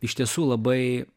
iš tiesų labai